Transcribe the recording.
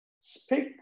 Speak